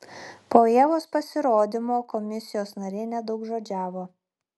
po ievos pasirodymo komisijos nariai nedaugžodžiavo